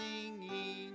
singing